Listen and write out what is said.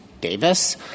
Davis